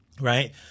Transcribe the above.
right